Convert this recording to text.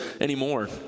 anymore